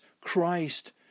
Christ